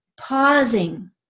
pausing